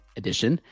edition